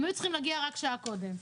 הם היו צריכים להגיע רק שעה קודם.